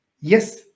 Yes